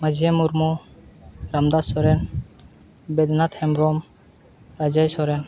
Majiya Murmu Ramdas Soren Bednath Hembrom Ajay Soren